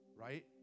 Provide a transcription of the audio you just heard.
Right